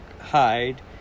hide